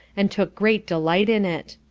and took great delight in it.